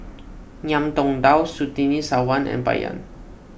Ngiam Tong Dow Surtini Sarwan and Bai Yan